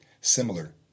similar